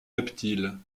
reptiles